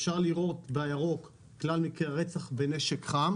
אפשר לראות את כלל מקרי הרצח בנשק חם